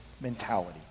mentality